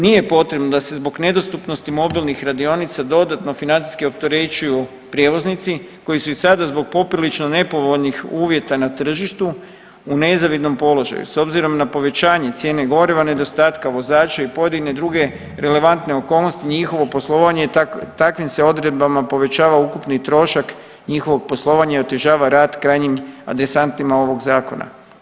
Nije potrebno da se zbog nedostupnosti mobilnih radionica dodatno financijski opterećuju prijevoznici koji su i sad zbog poprilično nepovoljnih uvjeta na tržištu u nezavidnom položaju s obzirom na povećanje cijene goriva, nedostatka vozača i pojedine druge relevantne okolnosti njihovo poslovanje takvim se odredbama povećava ukupni trošak njihovog poslovanja i otežava rad krajnjim adresantima ovog zakona.